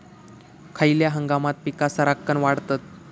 खयल्या हंगामात पीका सरक्कान वाढतत?